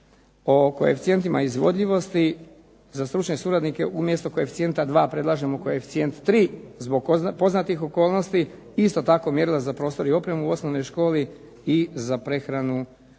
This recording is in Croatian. o koeficijentima izvodljivosti za stručne suradnike umjesto koeficijenta dva predlažemo koeficijent tri zbog poznatih okolnosti. Isto tako, mjerila za prostor i opremu u osnovnoj školi i za prehranu učenika,